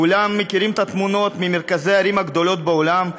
כולם מכירים את התמונות ממרכזי הערים בעולם,